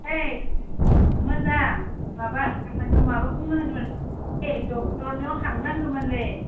ओइ मोजां माबा नोंखो माबा बुंनो नागिरदोंमोन ओइ ड'क्टरनियाव थांनांगोमोनलै